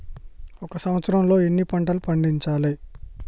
ఒక సంవత్సరంలో ఎన్ని పంటలు పండించాలే?